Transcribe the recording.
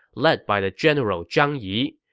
led by the general zhang yi.